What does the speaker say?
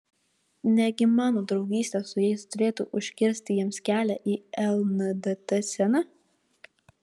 negi mano draugystė su jais turėtų užkirsti jiems kelią į lndt sceną